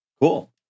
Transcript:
Cool